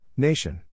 nation